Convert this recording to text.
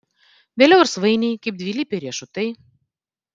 vėliau ir svainiai kaip dvilypiai riešutai